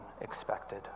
expected